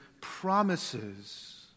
promises